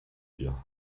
dir